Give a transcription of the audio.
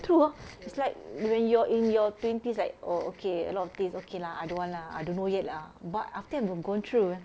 true ah it's like when you're in your twenties right oh okay a lot of things okay lah I don't want lah I don't know yet lah but after I have gone through eh